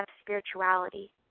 spirituality